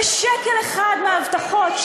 ושקל אחד מההבטחות,